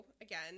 again